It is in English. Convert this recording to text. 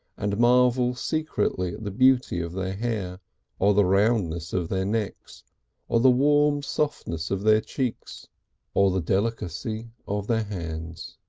and marvel secretly at the beauty of their hair or the roundness of their necks or the warm softness of their cheeks or the delicacy of their hands.